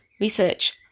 research